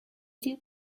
did